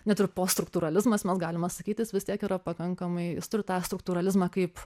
net ir postsruktūralizmas nes galima sakyti jis vis tiek yra pakankamai jis turi tą struktūralizmą kaip